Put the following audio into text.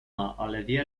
nieukończona